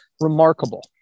Remarkable